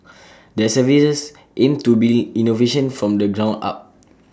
their services aim to build innovation from the ground up